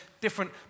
different